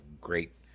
great